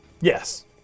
Yes